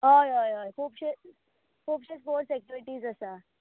हय हय हय खुबशे खुबशे स्पोर्ट्स एक्टिविटीज आसात